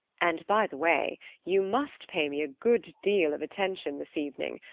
and, by the way, you must pay me a good deal of attention this evening.